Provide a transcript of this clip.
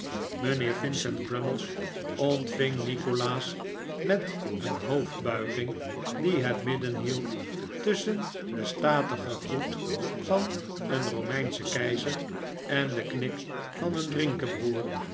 mijnheer vincent crummies ontving nikolaas met een hoofdbuiging die het midden hield tusschen den statigen groet van een romeinschen keizer en den knik van een